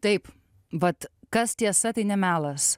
taip vat kas tiesa tai ne melas